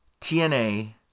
TNA